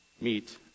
meet